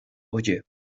oye